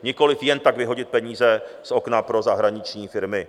Nikoliv jen tak vyhodit peníze z okna pro zahraniční firmy.